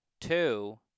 two